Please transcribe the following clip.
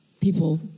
people